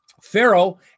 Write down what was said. Pharaoh